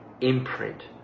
imprint